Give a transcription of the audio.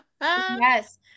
Yes